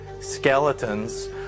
skeletons